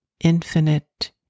infinite